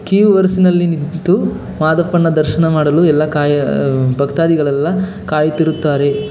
Q ವರ್ಸ್ನಲ್ಲಿ ನಿಂತು ಮಾದಪ್ಪನ ದರ್ಶನ ಮಾಡಲು ಎಲ್ಲ ಕಾಯಿ ಭಕ್ತಾದಿಗಳೆಲ್ಲ ಕಾಯುತ್ತಿರುತ್ತಾರೆ